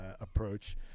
approach